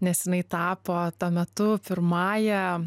nes jinai tapo tuo metu pirmąja